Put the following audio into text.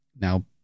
Now